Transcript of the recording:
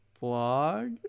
blog